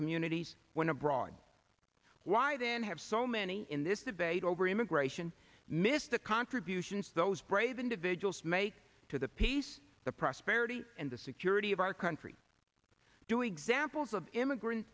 communities when abroad why then have so many in this debate over immigration missed the contributions those brave individuals make to the peace the prosperity and the security of our country do examples of immigrant